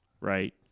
right